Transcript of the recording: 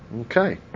Okay